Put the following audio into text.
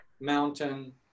mountain